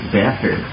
better